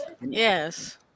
yes